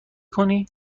کنی